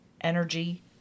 energy